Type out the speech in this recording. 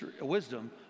wisdom